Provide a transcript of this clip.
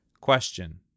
Question